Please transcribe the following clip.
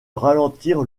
ralentir